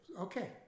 Okay